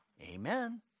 Amen